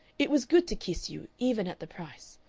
it was good to kiss you, even at the price.